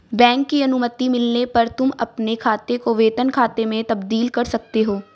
bank की अनुमति मिलने पर तुम अपने खाते को वेतन खाते में तब्दील कर सकते हो